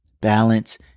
Balance